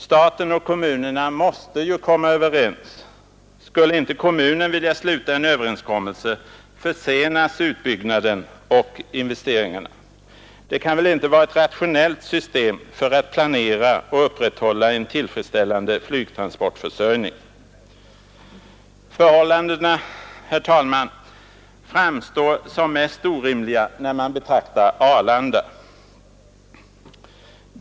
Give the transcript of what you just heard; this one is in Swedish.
Staten och kommunerna måste ju komma överens — skulle kommunen inte vilja sluta en överenskommelse försenas utbyggnaden och investeringarna. Det kan väl inte vara ett rationellt system för att planera och upprätthålla en tillfredsställande flygtransport försörjning. Förhållandena framstår, herr talman, som mest orimliga när man betraktar Arlanda.